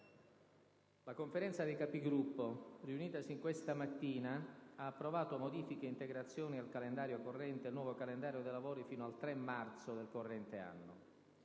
La Conferenza dei Capigruppo, riunitasi questa mattina, ha approvato modifiche e integrazioni al calendario corrente e il nuovo calendario dei lavori fino al 3 marzo del corrente anno.